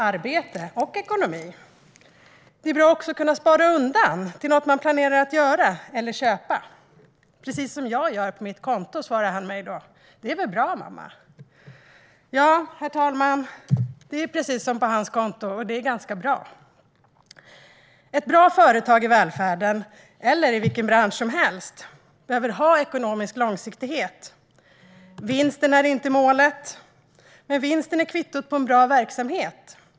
Det är också bra att kunna spara till något man planerar att göra eller köpa. Han sa: Precis som jag gör på mitt konto, det är väl bra, mamma? Ja, herr talman, det är precis som på hans konto, och det är ganska bra. Ett bra företag i välfärden, eller i vilken bransch som helst, behöver ha ekonomisk långsiktighet. Vinsten är inte målet, men vinsten är kvittot på en bra verksamhet.